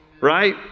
right